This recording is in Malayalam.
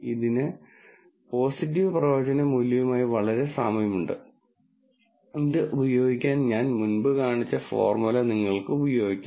ഇതിന് പോസിറ്റീവ് പ്രവചന മൂല്യവുമായി വളരെ സാമ്യമുണ്ട് ഇത് ഉപയോഗിക്കാൻ ഞാൻ മുമ്പ് കാണിച്ച ഫോർമുല നിങ്ങൾക്ക് ഉപയോഗിക്കാം